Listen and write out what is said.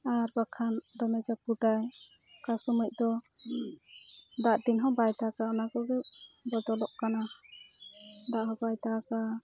ᱟᱨ ᱵᱟᱠᱷᱟᱱ ᱫᱚᱢᱮ ᱡᱟᱹᱯᱩᱫᱟᱭ ᱚᱠᱟ ᱥᱚᱢᱚᱭ ᱫᱚ ᱫᱟᱜ ᱫᱤᱱ ᱦᱚᱸ ᱵᱟᱭ ᱫᱟᱜᱟ ᱚᱱᱟ ᱠᱚᱜᱮ ᱵᱚᱫᱚᱞᱚᱜ ᱠᱟᱱᱟ ᱫᱟᱜ ᱦᱚᱸ ᱵᱟᱭ ᱫᱟᱜᱟ